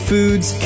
Foods